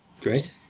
Great